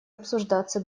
обсуждаться